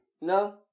No